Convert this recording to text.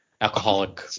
alcoholic